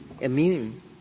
immune